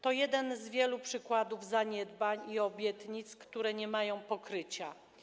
To jeden z wielu przykładów zaniedbań i obietnic, które nie mają pokrycia.